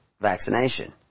vaccination